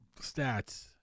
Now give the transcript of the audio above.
stats